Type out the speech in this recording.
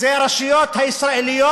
זה הרשויות הישראליות.